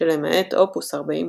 שלמעט אופוס 48,